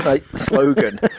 slogan